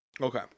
Okay